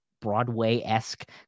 broadway-esque